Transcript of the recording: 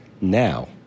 now